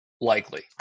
likely